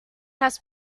has